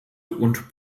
und